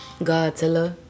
Godzilla